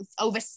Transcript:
over